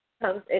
comes